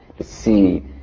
see